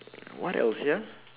what else here